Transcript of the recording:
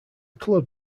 club